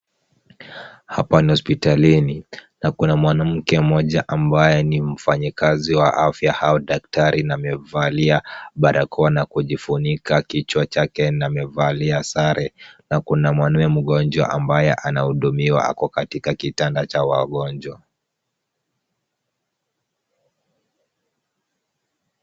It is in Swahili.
Hapa ni hospitalini na kuna mwanamke moja ambaye ni mfanyi kazi wa afya au daktari na amevalia barakoa na kujifunika kichwa chake na amevalia zare na kuna mwanaume mgonjwa ambaye anahudumiwa ako katika kitanda cha wagonjwa.